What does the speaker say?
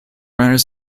runners